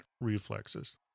reflexes